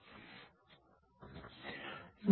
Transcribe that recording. അപ്പോൾ ഇത് ഇവിടെ എങ്ങനെ പ്രവർത്തിക്കുന്നു